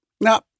No